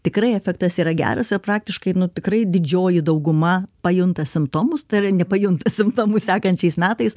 tikrai efektas yra geras praktiškai tikrai didžioji dauguma pajunta simptomus tai yra nepajunta simptomų sekančiais metais